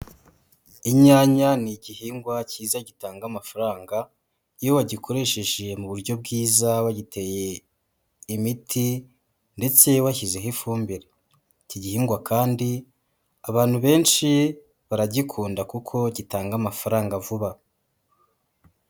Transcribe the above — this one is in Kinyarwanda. Inyanya ni igihingwa cyiza gitanga amafaranga, iyo wagikoresheje mu buryo bwiza wagiteye imiti ndetse washyizeho ifumbire, iki gihingwa kandi abantu benshi baragikunda kuko gitanga amafaranga vuba.